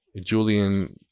Julian